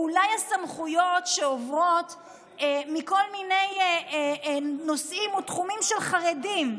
או אולי הסמכויות שעוברות מכל מיני נושאים ותחומים של החרדים,